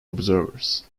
observers